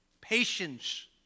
Patience